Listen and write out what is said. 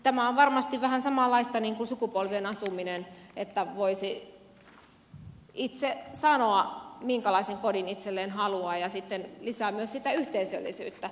tämä on varmasti vähän samanlaista kuin eri sukupolvien asuminen että voisi itse sanoa minkälaisen kodin itselleen haluaa ja sitten se lisää myös sitä yhteisöllisyyttä